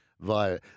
via